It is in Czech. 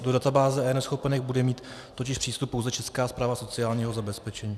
Do databáze eNeschopenek bude mít totiž přístup pouze Česká správa sociálního zabezpečení.